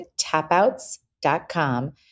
tapouts.com